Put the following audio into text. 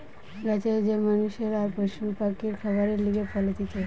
গাছের যে মানষের আর পশু পাখির খাবারের লিগে ফল হতিছে